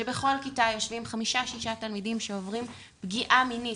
שבכל כיתה יושבים חמישה-שישה תלמידים שעוברים רק פגיעה מינית,